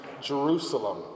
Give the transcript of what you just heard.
Jerusalem